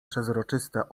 przezroczyste